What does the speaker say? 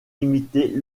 limitées